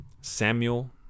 Samuel